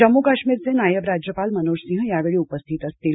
जम्मू काश्मीरचे नायब राज्यपाल मनोज सिंह यावेळी उपस्थित असतील